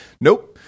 nope